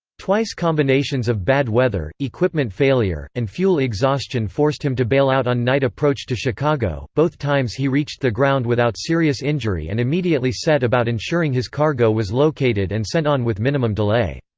twice combinations of bad weather, equipment failure, and fuel exhaustion forced him to bail out on night approach to chicago both times he reached the ground without serious injury and immediately set about ensuring his cargo was located and sent on with minimum delay.